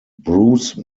bruce